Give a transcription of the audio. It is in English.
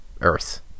earth